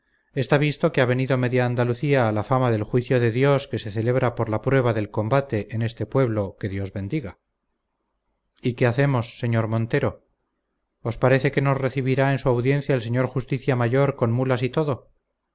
está visto que ha venido media andalucía a la fama del juicio de dios que se celebra por la prueba del combate en este pueblo que dios bendiga y qué hacemos señor montero os parece que nos recibirá en su audiencia el señor justicia mayor con mulas y todo